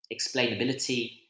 explainability